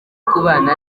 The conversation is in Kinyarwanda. kubana